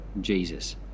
Jesus